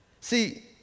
See